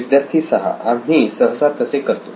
विद्यार्थी 6 आम्ही सहसा तसे करतो